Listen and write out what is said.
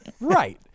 Right